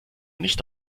nicht